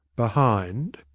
behind,